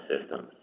systems